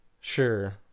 Sure